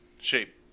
shape